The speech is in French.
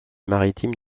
maritimes